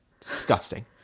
Disgusting